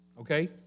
Okay